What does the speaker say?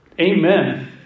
Amen